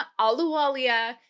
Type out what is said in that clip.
Aluwalia